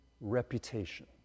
reputation